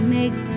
Makes